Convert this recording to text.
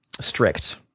strict